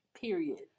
Period